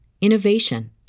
innovation